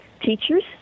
Teachers